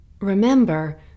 Remember